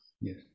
Yes